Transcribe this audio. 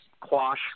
quash